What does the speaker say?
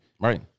Right